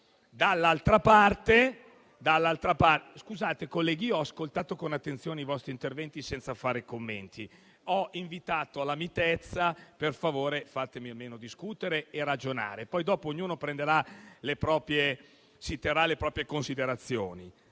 colleghi, ho ascoltato con attenzione i vostri interventi senza fare commenti. Ho invitato alla mitezza e, quindi, per favore fatemi almeno discutere e ragionare. Poi ognuno farà le proprie considerazioni.